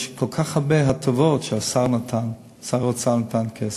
יש כל כך הרבה הטבות שהשר נתן, שר האוצר נתן כסף.